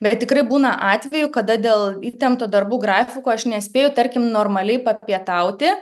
bet tikrai būna atvejų kada dėl įtempto darbų grafiko aš nespėju tarkim normaliai papietauti